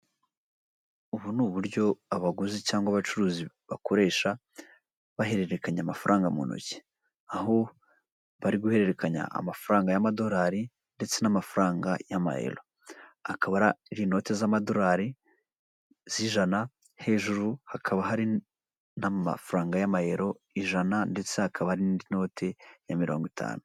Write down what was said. Ubu ni uburyo abaguzi cyangwa abacuruzi bakoresha bahererekanya amafaranga mu ntoki, aho bari guhererekanya amafaranga y'amadolari ndetse n'amafaranga y'amayero. Akaba ari inoti z'amadorari, iz'ijana, hejuru hakaba hari n'amafaranga y'amayero ijana ndetse hakaba n'inote ya mirongo itanu.